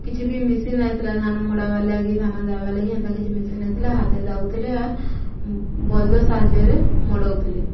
କିଛି ବି ମିସିନ୍ ନଥିଲା ଧାନ ମଡ଼ାବାର୍ ଲାଗି ଧାନ ଦେବାର୍ ଲାଗି ହେନ୍ତା କିଛି ମିସିନ୍ ନଥିଲା ହାତ ଦାଉଥିଲେ ଆର୍ ବଳଦ ସାହାଯ୍ୟରେ ମଡ଼ଉଥିଲେ